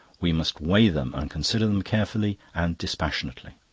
we must weigh them and consider them carefully and dispassionately.